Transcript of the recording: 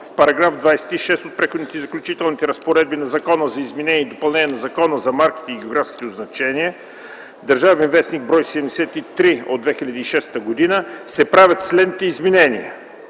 В § 26 от Преходните и заключителните разпоредби на Закона за изменение и допълнение на Закона за марките и географските означения (ДВ, бр. 73 от 2006 г.) се правят следните изменения: